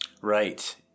Right